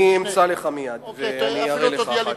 אני אמצא לך מייד ואני אראה לך אחר כך.